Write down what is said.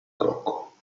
cocco